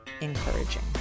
encouraging